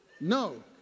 No